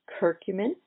curcumin